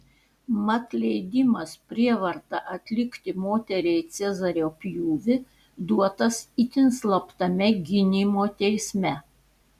mat leidimas prievarta atlikti moteriai cezario pjūvį duotas itin slaptame gynimo teisme